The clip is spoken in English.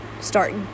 start